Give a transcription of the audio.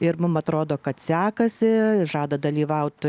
ir mum atrodo kad sekasi žada dalyvaut